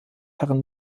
herren